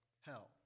hell